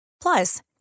Plus